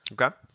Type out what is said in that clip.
Okay